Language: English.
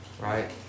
Right